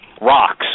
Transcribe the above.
Rocks